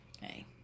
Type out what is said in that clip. hey